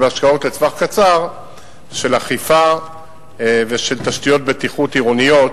ומהשקעות לטווח קצר של אכיפה ושל תשתיות בטיחות עירוניות